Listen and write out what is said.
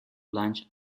launch